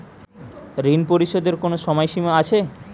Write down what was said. ঋণ পরিশোধের কোনো সময় সীমা আছে?